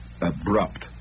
abrupt